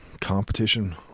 competition